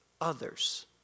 others